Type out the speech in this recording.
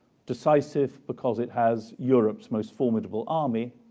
decisive because it has europe's most formidable army,